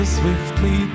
swiftly